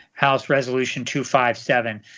house resolution two five seven.